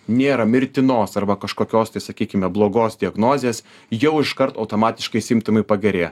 nėra mirtinos arba kažkokios tai sakykime blogos diagnozės jau iškart automatiškai simptomai pagerėja